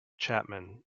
chapman